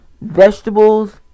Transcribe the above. Vegetables